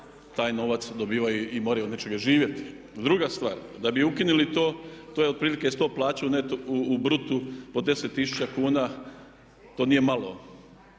taj novac dobivaju i moraju od nečega živjeti. Druga stvar, da bi ukinuli to to je otprilike 100 plaća u brutu po 10 000 kuna, to nije malo,